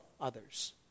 others